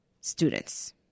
students